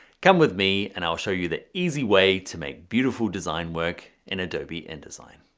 come with me and i'll show you the easy way to make beautiful design work in adobe indesign.